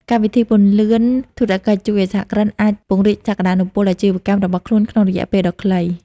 កម្មវិធីពន្លឿនធុរកិច្ចជួយឱ្យសហគ្រិនអាចពង្រីកសក្ដានុពលអាជីវកម្មរបស់ខ្លួនក្នុងរយៈពេលដ៏ខ្លី។